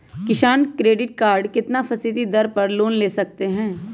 किसान credit card कितना फीसदी दर पर लोन ले सकते हैं?